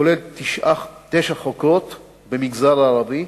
כולל תשע חוקרות במגזר הערבי,